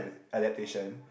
adaptation